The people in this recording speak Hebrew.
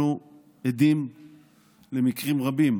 אנחנו עדים למקרים רבים